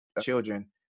children